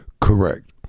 correct